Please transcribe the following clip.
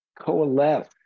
coalesce